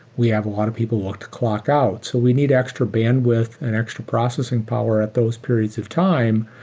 we have a lot of people look to clock-out. so we need extra bandwidth and extra processing power at those periods of time,